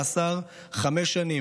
מאסר חמש שנים,